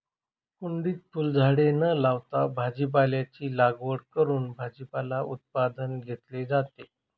कुंडीत फुलझाडे न लावता भाजीपाल्याची लागवड करून भाजीपाला उत्पादन घेतले जाते